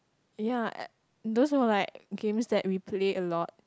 ya a~ those were like games that we play a lot